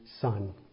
son